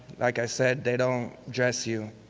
like i said, they don't dress you.